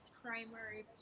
primary